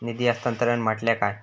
निधी हस्तांतरण म्हटल्या काय?